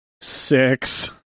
Six